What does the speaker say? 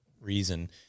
reason